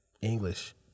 english